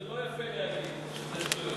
זה לא יפה להגיד "שטויות".